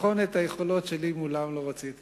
לבחון את היכולות שלי מולם לא רציתי,